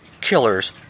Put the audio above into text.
Killers